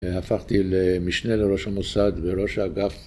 הפכתי למשנה לראש המוסד ולראש האגף